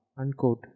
Unquote